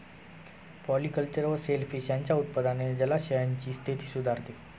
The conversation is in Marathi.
पॉलिकल्चर व सेल फिश यांच्या उत्पादनाने जलाशयांची स्थिती सुधारते